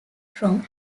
from